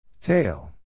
Tail